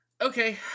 Okay